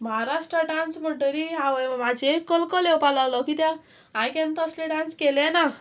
Maharashtra dance म्हणटोरी आवय आवय म्हाजेर कलकोल येवपा लागलो कित्या हांवें केन्ना तसले डांस केले ना